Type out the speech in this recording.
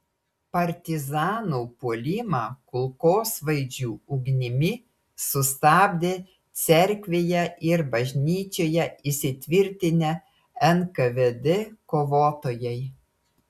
partizanų puolimą kulkosvaidžių ugnimi sustabdė cerkvėje ir bažnyčioje įsitvirtinę nkvd kovotojai